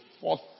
fourth